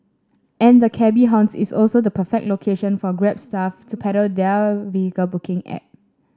and the cabby haunt is also the perfect location for Grab staff to peddle their vehicle booking app